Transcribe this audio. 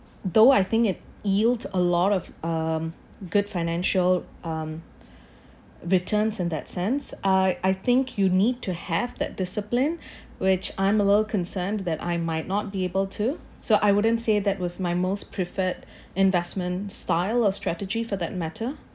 though I think it yield a lot of um good financial um returns in that sense I I think you need to have that discipline which I'm a little concerned that I might not be able to so I wouldn't say that was my most preferred investment style or strategy for that matter